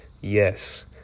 Yes